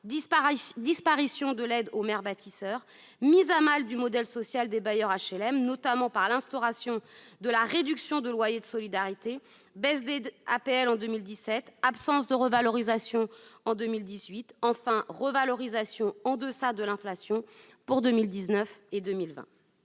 disparition de l'aide aux maires bâtisseurs, mise à mal du modèle social des bailleurs HLM, notamment par l'instauration de la réduction de loyer de solidarité, baisse des APL en 2017, absence de revalorisation en 2018, et, enfin, revalorisation en deçà de l'inflation pour 2019 et 2020.